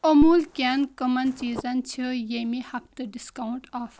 اموٗل کٮ۪ن کَمَن چیٖزن چھ ییٚمہِ ہفتہٕ ڈسکاونٛٹ آفر